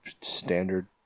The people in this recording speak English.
standard